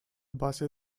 base